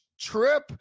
trip